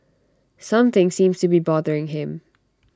something seems to be bothering him